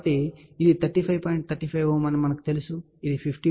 35 ohm అని మాకు తెలుసు ఇది 50 ohm